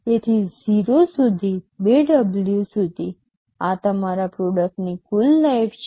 તેથી 0 સુધી ૨ W સુધી આ તમારા પ્રોડક્ટની કુલ લાઇફ છે